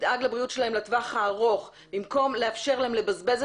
שתדאג לבריאות שלהם לטווח הארוך במקום לאפשר להם לאפשר את